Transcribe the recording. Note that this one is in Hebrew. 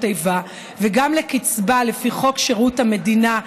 איבה וגם לקצבה לפי חוק שירות המדינה,